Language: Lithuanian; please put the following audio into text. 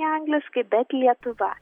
angliškai bet lietuva